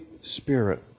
Spirit